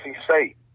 State